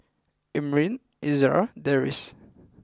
Amrin Izara and Deris